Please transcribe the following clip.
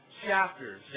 chapters